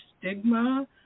stigma